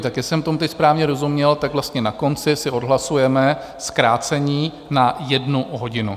Tak jestli jsem tomu teď správně rozuměl, tak vlastně na konci si odhlasujeme zkrácení na jednu hodinu.